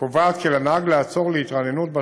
קובעת כי על הנהג לעצור להתרעננות בת